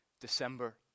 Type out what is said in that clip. December